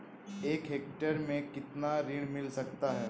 एक हेक्टेयर में कितना ऋण मिल सकता है?